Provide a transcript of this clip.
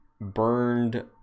burned